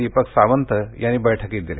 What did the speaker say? दीपक सावंत यांनी बैठकीत दिले